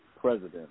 president